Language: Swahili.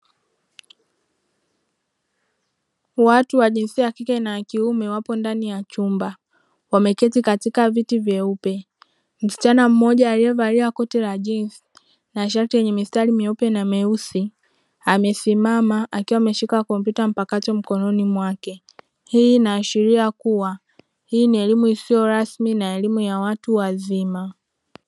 Watu wa jinsia ya kike na ya kiume wapo ndani ya chumba wameketi katika viti vyeupe. Msichana mmoja aliyevalia koti la jinzi na shati lenye mistari myeupe na meusi, amesimama akiwa ameshika kompyuta mpakato mkononi mwake. Hii inaashiria kuwa hii ni elimu isiyorasmi na elimu ya watu wazima.